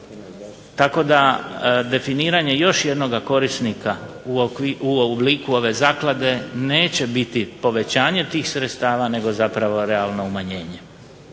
Tako da definiranje još jednog korisnika u obliku ove zaklade neće biti povećanje tih sredstava nego zapravo realno umanjenje.